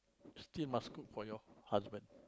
still must cook for your husband